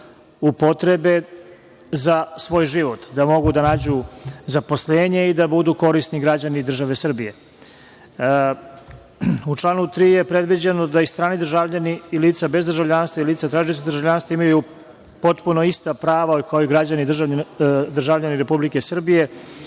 upotrebe za svoj život, da mogu da nađu zaposlenje i da budu korisni građani države Srbije.U članu 3. je predviđeno da i strani državljani i lica bez državljanstva imaju potpuno ista prava kao i građani koji su državljani Republike Srbije